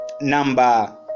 number